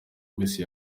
wese